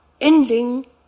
ending